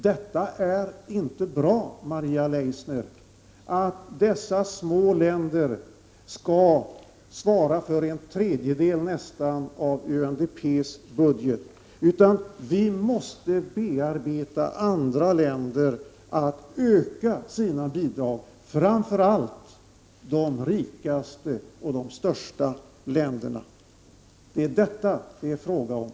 Det är inte bra, Maria Leissner, att dessa små länder skall svara för nästan en tredjedel av UNDP:s budget. Vi måste bearbeta andra länder för att de skall öka sina bidrag, framför allt de rikaste och de största länderna. Prot. 1988/89:99